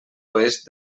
oest